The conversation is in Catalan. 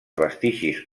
vestigis